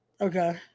Okay